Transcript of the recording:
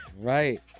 Right